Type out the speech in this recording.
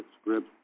scripts